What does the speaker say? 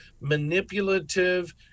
manipulative